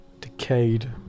decayed